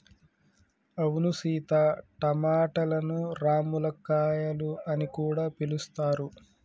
అవును సీత టమాటలను రామ్ములక్కాయాలు అని కూడా పిలుస్తారు